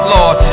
Lord